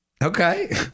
Okay